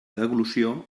deglució